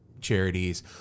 charities